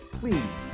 please